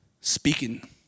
speaking